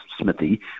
Smithy